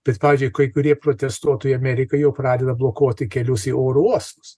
bet pavyzdžiui kai kurie protestuotojai amerikoj jau pradeda blokuoti kelius į oro uostus